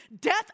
death